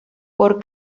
por